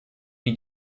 wie